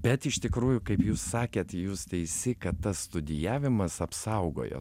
bet iš tikrųjų kaip jūs sakėt jūs teisi kad tas studijavimas apsaugojo